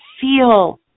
feel